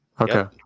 Okay